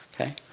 Okay